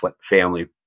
family